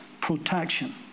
protection